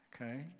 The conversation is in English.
okay